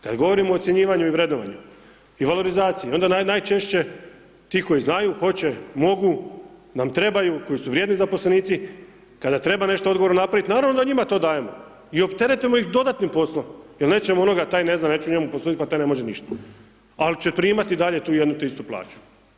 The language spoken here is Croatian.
Kad govorimo o ocjenjivanju i vrednovanju i valorizaciji onda najčešće ti koji znaju, hoće, mogu nam trebaju, koji su vrijedni zaposlenici, kada treba nešto odgovorno to napravit naravno da njima to dajemo i opteretimo ih dodatnim poslom jer nećemo onoga taj ne zna, neću njemu postudit, pa taj ne može ništa, al će primati i dalje tu jednu te istu plaću.